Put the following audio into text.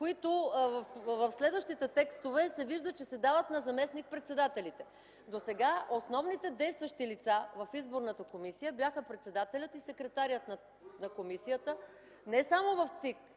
които в следващите текстове се вижда, че се дават на заместник-председателите. Досега основните действащи лица в изборната комисия бяха председателят и секретарят. (Реплика от народния